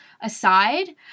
aside